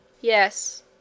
Yes